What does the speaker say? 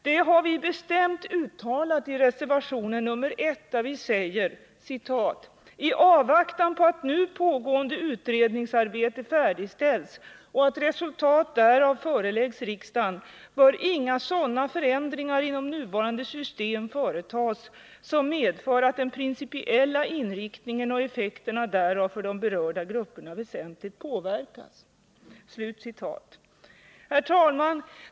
Detta har vi bestämt uttalat i reservation 1, där vi säger: ”I avvaktan på att nu pågående utredningsarbete färdigställs och att resultatet därav föreläggs riksdagen bör inga sådana förändringar inom nuvarande system företas som medför att den principiella inriktningen och effekterna därav för de berörda grupperna väsentligt påverkas.” Herr talman!